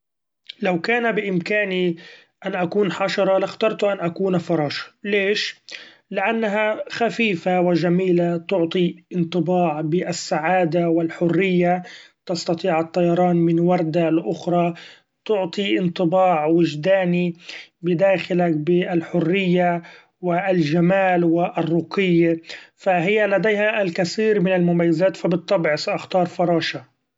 لو كان بإمكاني أن أكون حشرة لاخترت أن أكون فراشة ليش ؛ لأنها خفيفة و جميلة تعطي انطباع بالسعادة و الحرية ، تستطيع الطيران من وردة لأخري ، تعطي انطباع وجداني بداخلك بالحرية و الجمال و الرقي ف هي لديها الكثير من المميزات ف بالطبع سأختار فراشة.